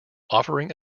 offering